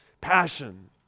passion